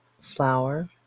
flour